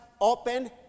open